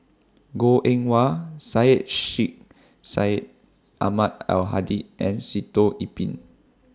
Goh Eng Wah Syed Sheikh Syed Ahmad Al Hadi and Sitoh Yih Pin